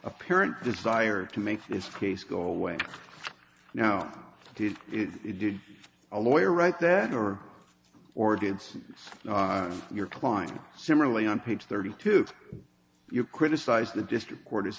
apparent desire to make this case go away now did it did a lawyer write that or or did your client similarly on page thirty two you criticize the district court